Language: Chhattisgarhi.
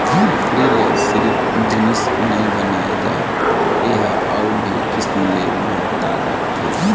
लकड़ी ले सिरिफ जिनिस नइ बनाए जाए ए ह अउ भी किसम ले महत्ता राखथे